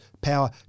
power